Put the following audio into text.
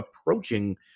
approaching